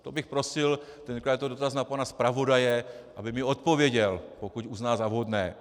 To bych prosil, to je dotaz na pana zpravodaje, aby mi odpověděl, pokud uzná za vhodné.